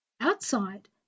Outside